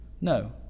No